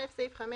(א) סעיף 5ג(ב);"